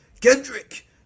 Kendrick